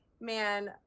man